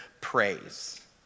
praise